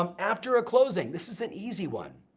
um after a closing, this is an easy one,